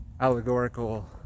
allegorical